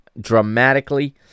dramatically